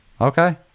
Okay